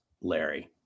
Larry